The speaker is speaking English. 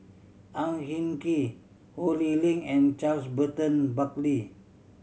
Ang Hin Kee Ho Lee Ling and Charles Burton Buckley